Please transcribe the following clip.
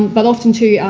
um but often, too,